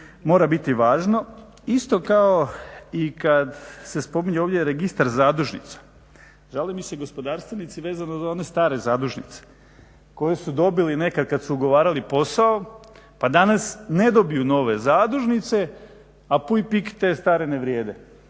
mora biti važno. Isto kao i kad se spominje ovdje Registar zadužnica. Žale mi se gospodarstvenici vezano za one stare zadužnice koje su dobili nekad kad su ugovarali posao pa danas ne dobiju nove zadužnice, a puj-pik te stare ne vrijede.